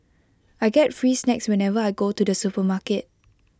I get free snacks whenever I go to the supermarket